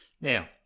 Now